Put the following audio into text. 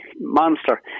monster